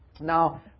Now